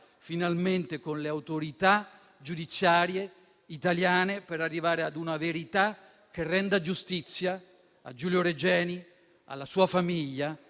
finalmente con le autorità giudiziarie italiane per arrivare ad una verità che renda giustizia a Giulio Regeni, alla sua famiglia,